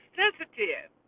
sensitive